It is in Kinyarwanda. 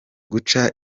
guca